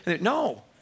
No